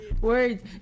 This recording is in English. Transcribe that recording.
words